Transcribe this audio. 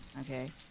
Okay